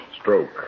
Stroke